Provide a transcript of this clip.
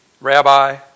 Rabbi